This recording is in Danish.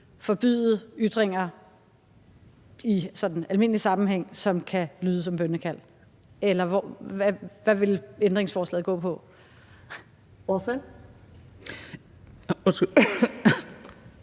forbyde ytringer i almindelig sammenhæng, som kan lyde som bønnekald, eller hvad vil ændringsforslaget gå på? Kl.